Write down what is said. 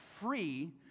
free